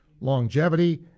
longevity